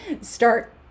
start